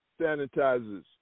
sanitizers